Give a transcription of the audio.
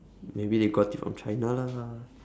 maybe they got it from china lah